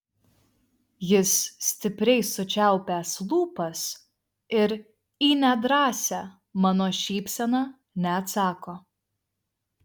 jis stipriai sučiaupęs lūpas ir į nedrąsią mano šypseną neatsako